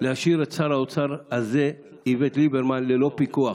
להשאיר את שר האוצר הזה, איווט ליברמן, ללא פיקוח.